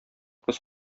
кыз